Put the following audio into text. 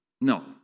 No